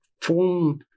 form